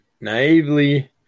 naively